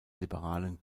liberalen